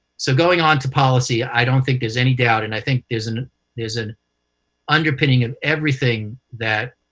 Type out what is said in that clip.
so going on to policy, i don't think there's any doubt and i think there's an there's an underpinning of everything that